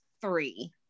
three